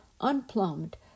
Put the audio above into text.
unplumbed